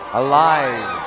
alive